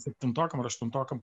septintokam ar aštuntokam